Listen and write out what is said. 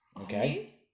Okay